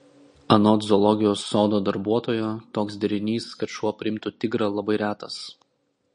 anot zoologijos sodo darbuotojo toks derinys kad šuo priimtų tigrą labai retas